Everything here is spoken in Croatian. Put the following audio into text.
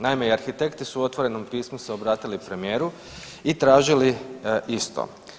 Naime i arhitekti su u otvorenom pismu se obratili premijeru i tražili isto.